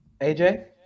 AJ